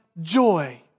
joy